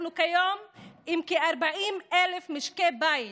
אנחנו כיום עם כ-40,000 משקי בית